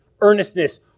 earnestness